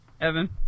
Evan